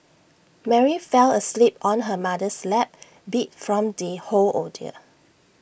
Mary fell asleep on her mother's lap beat from the whole ordeal